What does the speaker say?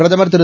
பிரதமர் திரு